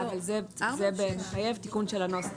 אבל זה מחייב תיקון של הנוסח.